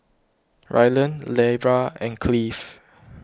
Rylan Lera and Cleave